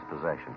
possession